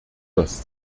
das